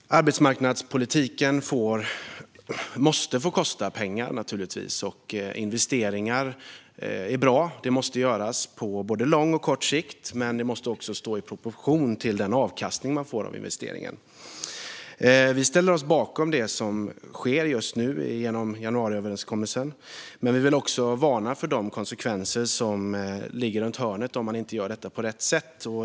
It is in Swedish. Fru talman! Arbetsmarknadspolitiken måste givetvis få kosta pengar. Investeringar är bra och måste göras på både kort och lång sikt, men de måste också stå i proportion till den avkastning man får av dem. Vi ställer oss bakom det som sker genom januariöverenskommelsen, men vi vill också varna för de konsekvenser som finns runt hörnet om man inte gör detta på rätt sätt.